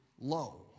low